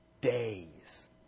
days